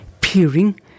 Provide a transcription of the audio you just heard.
Peering